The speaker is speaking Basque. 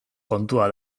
kontua